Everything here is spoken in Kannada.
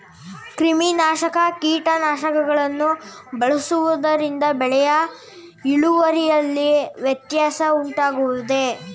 ಕ್ರಿಮಿನಾಶಕ ಕೀಟನಾಶಕಗಳನ್ನು ಬಳಸುವುದರಿಂದ ಬೆಳೆಯ ಇಳುವರಿಯಲ್ಲಿ ವ್ಯತ್ಯಾಸ ಉಂಟಾಗುವುದೇ?